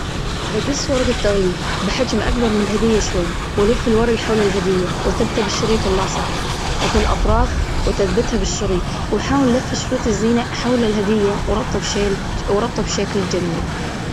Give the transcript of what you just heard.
بجص ورق التغليف بحجم أكبر من الهدية شوي، ولف الورق حول الهدية واثبته بالشريط اللاصق. اثن الأطراف وتثبتها بالشريط، وحاول لف شريط الزينة حول الهدية وربطها بشال- وربطها بشكل جميل.